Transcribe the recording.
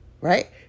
Right